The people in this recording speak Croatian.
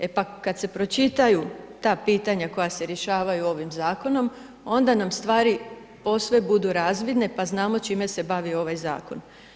E pa kad se pročitaju ta pitanja koja se rješavaju ovim zakonom onda nam stvari posve budu razvidne pa znamo čime se bavi ovaj zakon.